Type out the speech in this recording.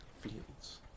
Fields